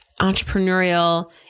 entrepreneurial